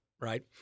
right